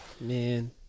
Man